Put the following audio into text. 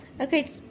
Okay